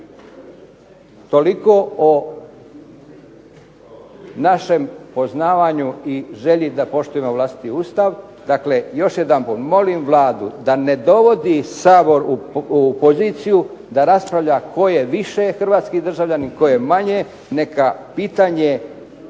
Toliko o našem poznavanju i želji da poštujemo vlastiti Ustav. Dakle, još jedanput, molim Vladu da ne dovodi Sabor u poziciju da raspravlja tko je više hrvatski državljanin, tko je manje. Neka pitanje